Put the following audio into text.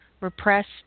repressed